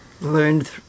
learned